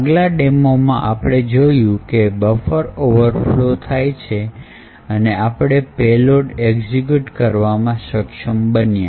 આગલા ડેમોમાં આપણે જોયું કે બફર ઓવરફ્લો થાય છે અને આપણે પેલોડ એક્ઝિક્યુટ કરવામાં સક્ષમ બન્યા